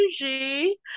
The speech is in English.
energy